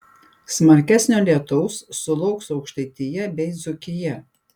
smarkesnio lietaus sulauks aukštaitija bei dzūkija